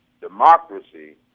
democracy